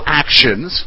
actions